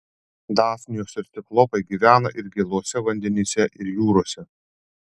dafnijos ir ciklopai gyvena ir gėluose vandenyse ir jūrose